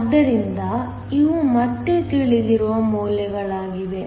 ಆದ್ದರಿಂದ ಇವು ಮತ್ತೆ ತಿಳಿದಿರುವ ಮೌಲ್ಯಗಳಾಗಿವೆ